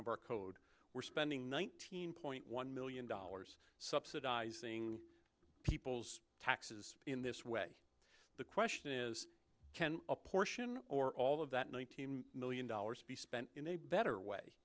of our code we're spending nineteen point one million dollars subsidizing people's taxes in this way the question is can a portion or all of that nineteen million dollars be spent in a better way